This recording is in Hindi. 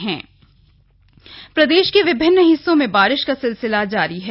मौसम प्रदेश के विभिन्न हिस्सों में बारिश का सिलसिला जारी है